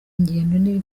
ingendo